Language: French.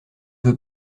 veux